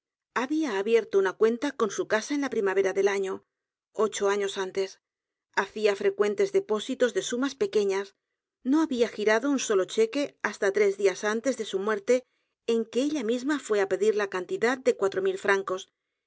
había abierto una cuenta con su casa en la primavera del año ocho años antes hacía frecuentes depósitos de sumas pequeñas no había girado un s olo cheque hasta tres días antes de su muerte en que ella misma fué á pedir la cantidad de cuatro mil francos